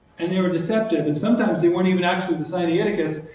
and they were deceptive. and sometimes they weren't even actually the sinaiticus.